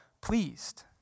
pleased